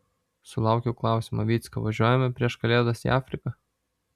sulaukiau klausimo vycka važiuojame prieš kalėdas į afriką